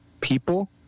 people